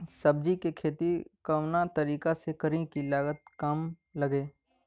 सब्जी के खेती कवना तरीका से करी की लागत काम लगे?